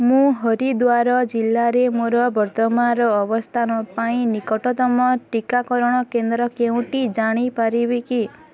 ମୁଁ ହରିଦ୍ଵାର ଜିଲ୍ଲାରେ ମୋର ବର୍ତ୍ତମାନର ଅବସ୍ଥାନ ପାଇଁ ନିକଟତମ ଟିକାକରଣ କେନ୍ଦ୍ର କେଉଁଟି ଜାଣିପାରିବି କି